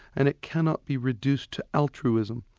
and it cannot be reduced to altruism,